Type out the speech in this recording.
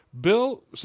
Bill